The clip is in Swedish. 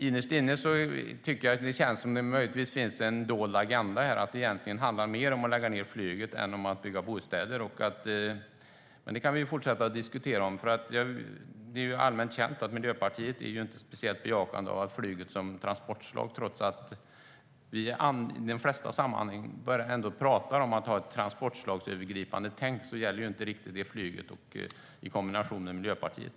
Innerst inne känner jag att det möjligtvis finns en dold agenda här, att det egentligen handlar mer om att lägga ned flyget än om att bygga bostäder. Men det kan vi fortsätta diskutera. Det är ju allmänt känt att Miljöpartiet inte är speciellt bejakande när det gäller flyget som transportslag. Trots att vi i de flesta sammanhang talar om att ha ett transportslagsövergripande tänk gäller det inte riktigt för flyget och Miljöpartiet.